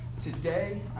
today